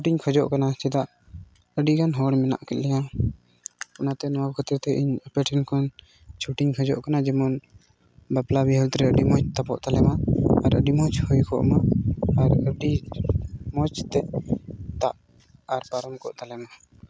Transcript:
ᱪᱷᱩᱴᱤᱧ ᱠᱷᱚᱡᱚᱜ ᱠᱟᱱᱟ ᱪᱮᱫᱟᱜ ᱟᱹᱰᱤᱜᱟᱱ ᱦᱚᱲ ᱢᱮᱱᱟᱜ ᱞᱮᱭᱟ ᱚᱱᱟᱛᱮ ᱱᱚᱣᱟ ᱠᱷᱟᱹᱛᱤᱨ ᱛᱮ ᱤᱧ ᱟᱯᱮ ᱴᱷᱮᱱ ᱠᱷᱚᱱ ᱪᱷᱩᱴᱤᱧ ᱠᱷᱚᱡᱚᱜ ᱠᱟᱱᱟ ᱡᱮᱢᱚᱱ ᱵᱟᱯᱞᱟ ᱵᱤᱦᱟᱹ ᱟᱹᱰᱤ ᱢᱚᱡᱽ ᱛᱟᱵᱚᱜ ᱛᱟᱞᱮ ᱢᱟ ᱟᱨ ᱟᱹᱰᱤ ᱢᱚᱡᱽ ᱦᱩᱭ ᱠᱚᱜ ᱢᱟ ᱟᱨ ᱟᱹᱰᱤ ᱢᱚᱡᱽ ᱛᱮ ᱛᱟᱵ ᱟᱨ ᱯᱟᱨᱚᱢ ᱠᱚᱜ ᱛᱟᱞᱮ ᱢᱟ